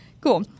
Cool